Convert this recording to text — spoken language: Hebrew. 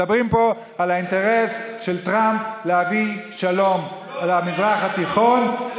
מדברים פה על האינטרס של טראמפ להביא שלום למזרח התיכון,